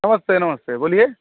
नमस्ते नमस्ते बोलिए